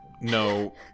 No